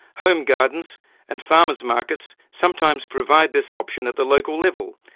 home gardens and farmers' markets sometimes provide this option at the local level,